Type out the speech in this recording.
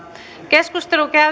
keskustelu